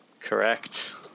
Correct